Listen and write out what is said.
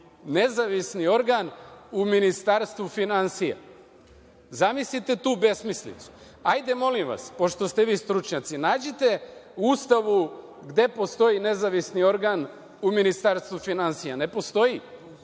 Nezavisni organ u Ministarstvu finansija? Zamislite tu besmislicu? Hajde, molim vas, pošto ste vi stručnjaci, nađite u Ustavu gde postoji nezavisni organ u Ministarstvu finansija. Ne